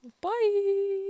Bye